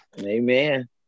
Amen